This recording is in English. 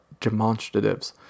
demonstratives